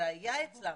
זה היה אצלם,